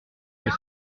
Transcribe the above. que